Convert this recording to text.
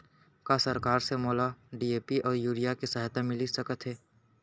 का सरकार से मोला डी.ए.पी अऊ यूरिया के सहायता मिलिस सकत हे?